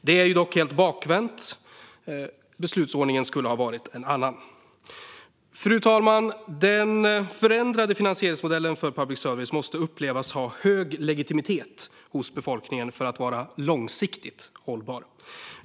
Det är dock helt bakvänt; beslutsordningen skulle ha varit en annan. Fru talman! Den förändrade finansieringsmodellen för public service måste upplevas ha hög legitimitet hos befolkningen för att vara långsiktigt hållbar.